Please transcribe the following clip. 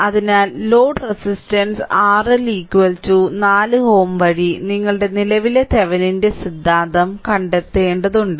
അതിനാൽ load resistance RL 4 Ω വഴി നിങ്ങളുടെ നിലവിലെ തെവെനിന്റെ സിദ്ധാന്തം കണ്ടെത്തേണ്ടതുണ്ട്